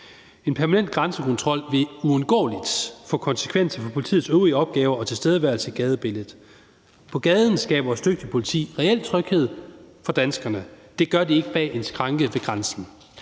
En permanent grænsekontrol vil uundgåeligt få konsekvenser for politiets øvrige opgaver og tilstedeværelse i gadebilledet. På gaden skaber vores dygtige politi reel tryghed for danskerne; det gør de ikke bag en skranke ved grænsen.